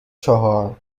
چهار